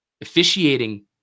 Officiating